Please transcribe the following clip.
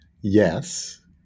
Yes